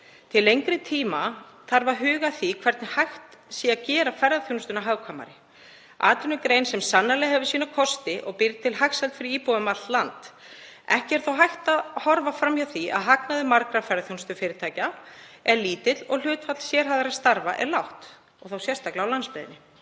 Til lengri tíma þarf að huga að því hvernig hægt sé að gera ferðaþjónustuna hagkvæmari, atvinnugrein sem sannarlega hefur sína kosti og býr til hagsæld fyrir íbúa um allt land. Ekki er þó hægt að horfa fram hjá því að hagnaður margra ferðaþjónustufyrirtækja er lítill og hlutfall sérhæfðra starfa er lágt og þá sérstaklega á landsbyggðinni.